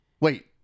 Wait